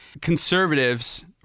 Conservatives